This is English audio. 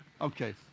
Okay